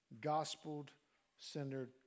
gospel-centered